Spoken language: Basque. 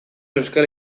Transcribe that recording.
euskal